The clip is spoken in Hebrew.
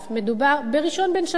מדובר בראשון בין שווים,